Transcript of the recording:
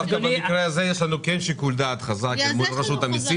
דווקא במקרה הזה יש לנו כן שיקול דעת חזק מול רשות המיסים.